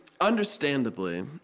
Understandably